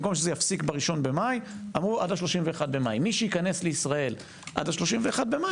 במקום שיפסיק ב-1.5 אמרו: עד 31.5. מי שייכנס לישראל עד 31.5,